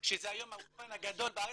שזה היום האולפן הגדול בארץ.